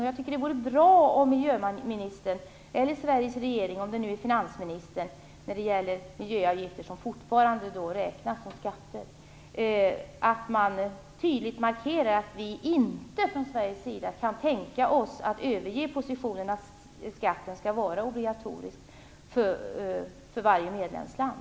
Jag tycker att det vore bra om miljöministern eller Sveriges regering - det kanske är finansministern eftersom det gäller miljöavgifter som fortfarande räknas som skatter - tidigt markerar att vi från Sveriges sida inte kan tänka oss att överge positionen att skatten skall vara obligatorisk för varje medlemsland.